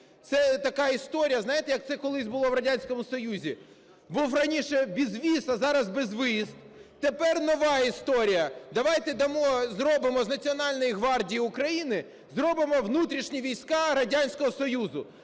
Це така історія, знаєте, як це колись було в Радянському Союзі: був раніше безвіз, а зараз безвиїзд. Тепер нова історія: давайте зробимо з Національно гвардії України зробимо внутрішні війська Радянського Союзу,